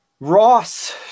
Ross